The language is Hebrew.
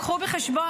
קחו בחשבון,